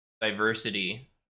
diversity